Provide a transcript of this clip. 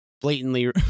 blatantly